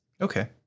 Okay